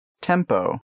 Tempo